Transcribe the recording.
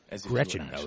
Gretchen